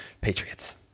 Patriots